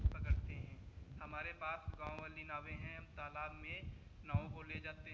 पकड़ते हैं हमारे पास गाँव वाली नावें हैं हम तालाब में नाव को ले जाते हैं